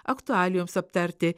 aktualijoms aptarti